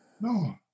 No